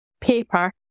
paper